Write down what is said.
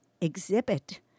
exhibit